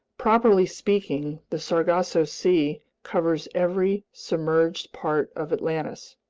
properly speaking, the sargasso sea covers every submerged part of atlantis.